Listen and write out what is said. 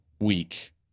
week